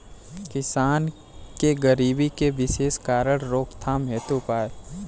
किसान के गरीबी के विशेष कारण रोकथाम हेतु उपाय?